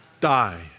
die